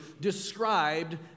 described